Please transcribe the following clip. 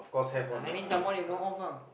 I mean someone you know of ah